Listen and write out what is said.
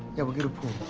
yeah, we'll get a pool.